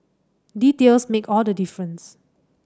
details make all the difference